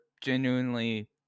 genuinely